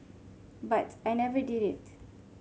but I never did it